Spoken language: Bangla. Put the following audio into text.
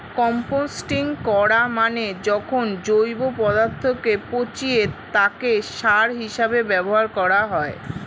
কম্পোস্টিং করা মানে যখন জৈব পদার্থকে পচিয়ে তাকে সার হিসেবে ব্যবহার করা হয়